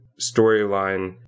storyline